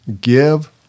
give